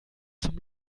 zum